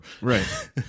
right